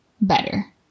better